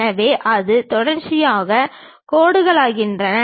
எனவே அவை தொடர்ச்சியான கோடுகளாகின்றன